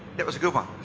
that was a good one.